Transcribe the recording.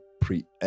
preempt